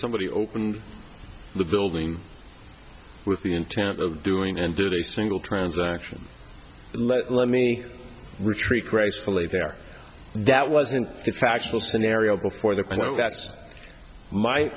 somebody opened the building with the intent of doing and do they single transaction let me retreat gracefully there that wasn't the factual scenario before the